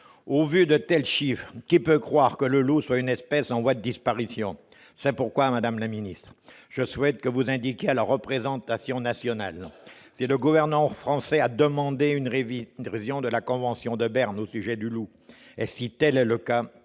Au vu de tels chiffres, qui peut croire que le loup soit une espèce en voie de disparition ? C'est pourquoi, madame la secrétaire d'État, je souhaite que vous indiquiez à la représentation nationale si le Gouvernement a fait une demande de révision de la convention de Berne au sujet du loup. Dans